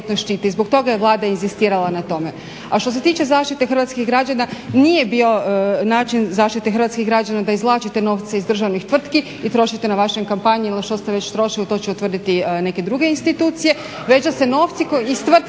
zbog toga je Vlada inzistirala na tome. A što se tiče zaštite hrvatskih građana nije bio način zaštite hrvatskih građana da izvlači te novce iz državnih tvrtke i trošite na vaše kampanje ili na što ste već trošili, to će utvrditi neke druge institucije, već da se novci koji iz tvrtki